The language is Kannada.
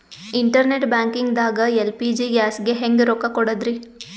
ಇಂಟರ್ನೆಟ್ ಬ್ಯಾಂಕಿಂಗ್ ದಾಗ ಎಲ್.ಪಿ.ಜಿ ಗ್ಯಾಸ್ಗೆ ಹೆಂಗ್ ರೊಕ್ಕ ಕೊಡದ್ರಿ?